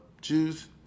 Jews